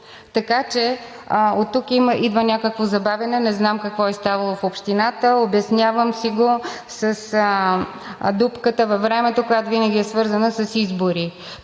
Така че оттук идва някакво забавяне. Не знам какво е ставало в общината. Обяснявам си го с дупката във времето, която винаги е свързана с избори,